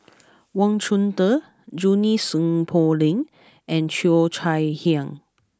Wang Chunde Junie Sng Poh Leng and Cheo Chai Hiang